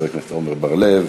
חבר הכנסת עמר בר-לב,